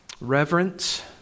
reverence